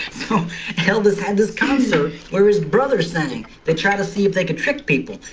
so elvis has this concert where his brother sang. they tried to see if they could trick people.